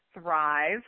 Thrive